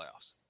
playoffs